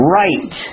right